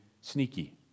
sneaky